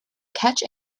catch